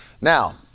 Now